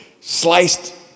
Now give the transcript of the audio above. sliced